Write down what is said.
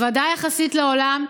בוודאי יחסית לעולם,